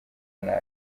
nabi